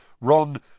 Ron